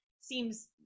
seems